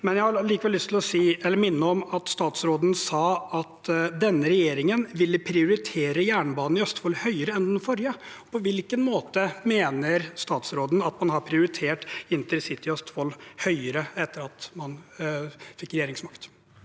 men jeg har likevel lyst til å si, eller minne om, at statsråden sa at denne regjeringen vil prioritere jernbane i Østfold høyere enn den forrige regjeringen. På hvilken måte mener statsråden at man har prioritert intercity i Østfold høyere etter at man fikk regjeringsmakt?